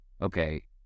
okay